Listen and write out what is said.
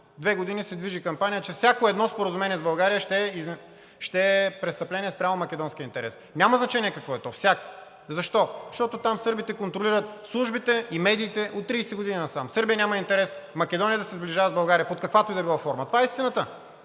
две години се движи кампания, че всяко едно споразумение с България ще е престъпление спрямо македонския интерес – няма значение какво е то, всяко. Защо? Защото там сърбите контролират службите и медиите от 30 години насам. Сърбия няма интерес Македония да се сближава с България под каквато и да е било форма. Това е истината.